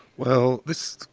well this